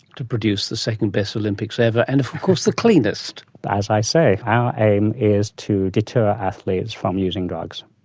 to produce the second best olympics ever, and of course the cleanest! as i say, our aim is to deter athletes from using drugs.